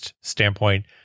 standpoint